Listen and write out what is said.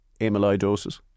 amyloidosis